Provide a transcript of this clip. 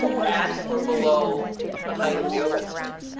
that or below the height of the open space.